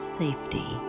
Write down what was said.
safety